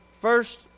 first